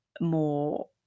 more